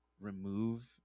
remove